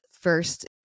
first